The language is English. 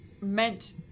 meant